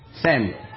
Samuel